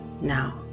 now